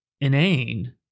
inane